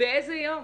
באיזה יום?